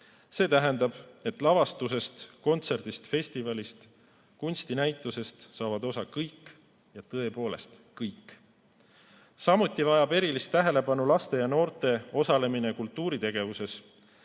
See tähendab, et lavastusest, kontserdist, festivalist, kunstinäitusest saavad osa kõik, tõepoolest kõik. Samuti vajab erilist tähelepanu laste ja noorte osalemine kultuuritegevuses.